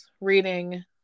reading